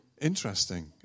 Interesting